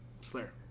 Slayer